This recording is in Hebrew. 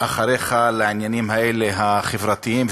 אחריך לעניינים האלה, החברתיים.